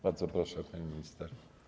Bardzo proszę, pani minister.